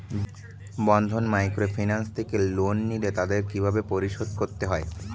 বন্ধন microfinance থেকে loan নিলে তাদের কিভাবে পরিশোধ করতে হয়?